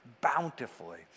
bountifully